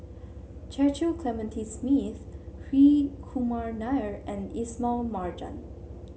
Cecil Clementi Smith Hri Kumar Nair and Ismail Marjan